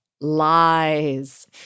Lies